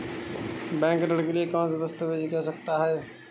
Bank ऋण के लिए कौन से दस्तावेजों की आवश्यकता है?